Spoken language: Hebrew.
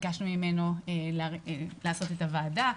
ביקשנו ממנו לכנס את הוועדה.